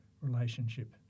relationship